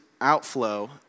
outflow